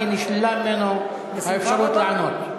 כי נשללה ממנו האפשרות לענות.